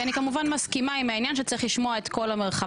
כי אני כמובן מסכימה עם העניין שצריך לשמוע את כל המרחב.